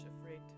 afraid